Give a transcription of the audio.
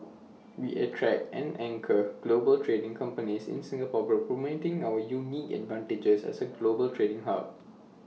we attract and anchor global trading companies in Singapore by promoting our unique advantages as A global trading hub